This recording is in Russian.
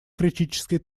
критической